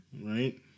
Right